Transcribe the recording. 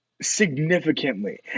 significantly